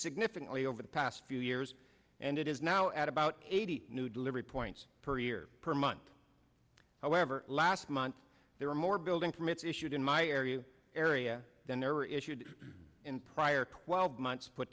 significantly over the past few years and it is now at about eighty new delivery points per year per month however last month there were more building permits issued in my area area than there were issued in prior quelled months put